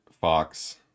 Fox